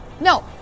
no